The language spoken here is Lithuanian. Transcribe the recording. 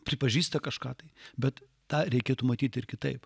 pripažįsta kažką tai bet tą reikėtų matyti ir kitaip